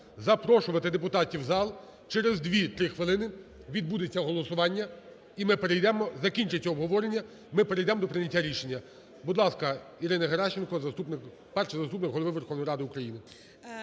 запрошувати депутатів в зал, через 2-3 хвилини відбудеться голосування, і ми перейдемо, закінчиться обговорення, ми перейдемо до прийняття рішення. Будь ласка, Ірина Геращенко, Перший заступник Голови Верховної Ради України.